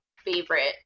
favorite